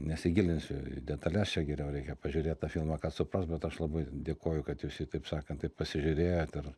nesigilinsiu į detales čia geriau reikia pažiūrėt tą filmą kad suprast bet aš labai dėkoju kad visi taip sakant taip pasižiūrėjot ir